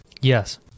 Yes